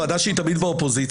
ועדה שהיא תמיד באופוזיציה,